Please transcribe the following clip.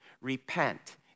Repent